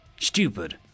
stupid